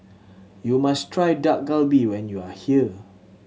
you must try Dak Galbi when you are here